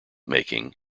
making